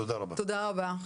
תודה רבה.